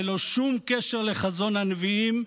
ללא שום קשר לחזון הנביאים,